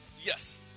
yes